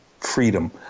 freedom